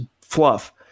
fluff